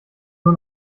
nur